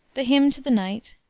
the hymn to the night,